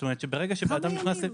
כמה ימים?